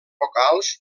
vocals